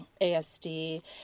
ASD